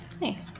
Nice